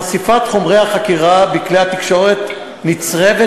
1. חשיפת חומרי החקירה בכלי התקשורת נצרבת